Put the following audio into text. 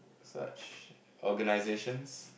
such organisation